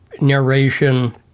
narration